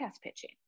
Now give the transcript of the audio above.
pitching